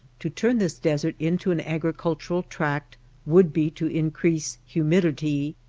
to turn this desert into an agricultural tract would be to increase humidity,